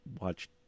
watch